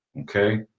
Okay